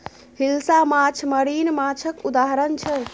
हिलसा माछ मरीन माछक उदाहरण छै